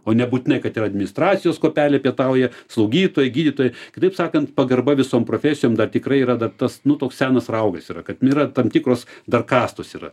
o nebūtinai kad ir administracijos kuopelė pietauja slaugytojai gydytojai kitaip sakant pagarba visom profesijom dar tikrai yra dar tas nu toks senas raugas yra kad nu yra tam tikros dar kastos yra